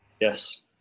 Yes